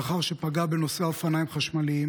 לאחר שפגע בנוסע אופניים חשמליים,